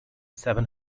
seven